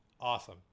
Awesome